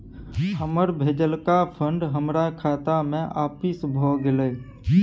हमर भेजलका फंड हमरा खाता में आपिस भ गेलय